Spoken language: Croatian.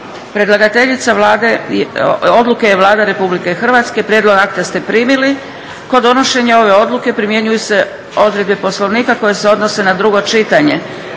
Predlagateljica odluke je Vlada Republike Hrvatske. Prijedlog akta ste primili. Kod donošenja ove odluke primjenjuju se odredbe Poslovnika koje se odnose na drugo čitanje.